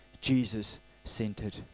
Jesus-centered